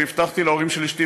והבטחתי להורים של אשתי,